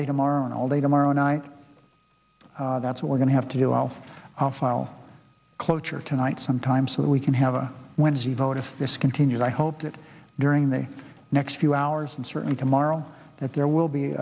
day tomorrow and all day tomorrow night that's what we're going to have to do alf i'll file cloture tonight sometime so that we can have a wednesday vote if this continues i hope that during the next few hours and certainly tomorrow that there will be